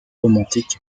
romantique